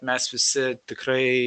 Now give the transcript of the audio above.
mes visi tikrai